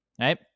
right